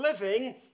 living